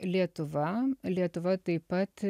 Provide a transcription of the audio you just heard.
lietuva lietuva taip pat